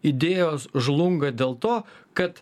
idėjos žlunga dėl to kad